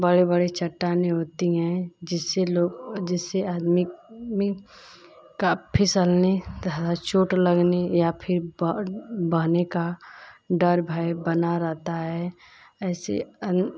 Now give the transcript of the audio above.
बड़ी बड़ी चट्टानें होती हैं जिससे लोग जिससे आदमी भी का फिसलने ज़्यादा चोंट लगने या फिर ब बहने का डर भय बना रहता है ऐसे अनेक